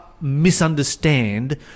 misunderstand